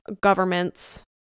governments